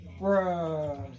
Bruh